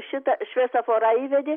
šitą šviesoforą įvedė